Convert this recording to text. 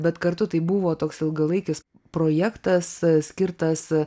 bet kartu tai buvo toks ilgalaikis projektas skirtas